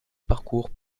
parcours